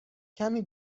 کمی